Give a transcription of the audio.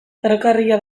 ferrokarrila